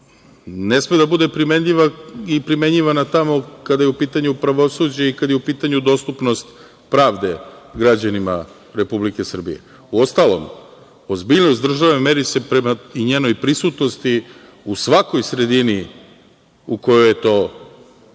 primenljiva i primenjivana tamo, kada je u pitanju pravosuđe i kada je u pitanju dostupnost pravde građanima Republike Srbije. Uostalom, ozbiljnost države meri se prema i njenoj prisutnosti u svakoj sredini u kojoj je to moguće.